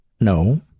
No